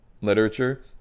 literature